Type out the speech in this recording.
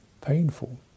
Painful